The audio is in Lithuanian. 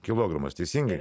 kilogramas teisingai